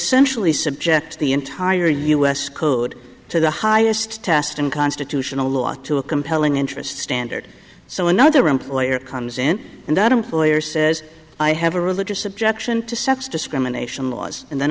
essentially subject the entire u s code to the highest test in constitutional law to a compelling interest standard so another employer comes in and that employer says i have a religious objection to sex discrimination laws and then